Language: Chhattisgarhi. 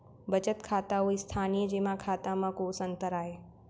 बचत खाता अऊ स्थानीय जेमा खाता में कोस अंतर आय?